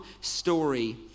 story